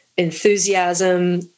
enthusiasm